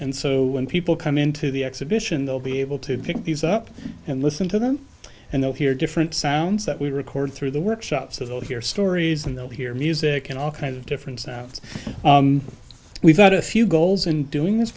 and so when people come into the exhibition they'll be able to pick these up and listen to them and they'll hear different sounds that we record through the workshop so they'll hear stories and they'll hear music and all kinds of different sounds we've got a few goals in doing this